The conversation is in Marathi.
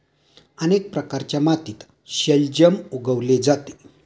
अनेक प्रकारच्या मातीत शलजम उगवले जाते